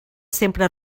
sempre